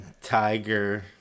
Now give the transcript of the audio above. Tiger